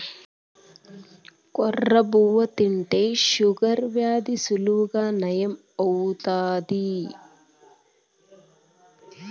కొర్ర బువ్వ తింటే షుగర్ వ్యాధి సులువుగా నయం అవుతాది